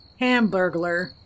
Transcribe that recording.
Hamburglar